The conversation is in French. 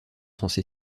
censé